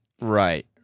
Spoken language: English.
right